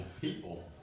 people